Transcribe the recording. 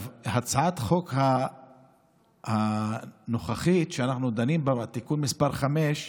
הצעת החוק הנוכחית שאנחנו דנים בה, תיקון מס' 5,